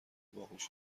باهوش